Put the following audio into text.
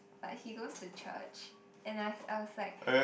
but he goes to church and I was like